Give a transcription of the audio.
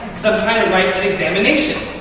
so trying to write an examination.